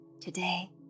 Today